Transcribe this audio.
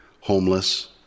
homeless